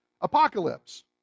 apocalypse